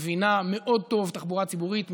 היא מבינה מאוד טוב תחבורה ציבורית,